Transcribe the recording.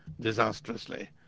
disastrously